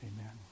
Amen